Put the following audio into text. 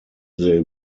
they